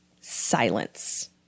silence